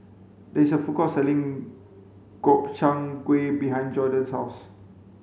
there is a food court selling Gobchang gui behind Jordon's house